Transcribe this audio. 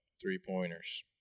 three-pointers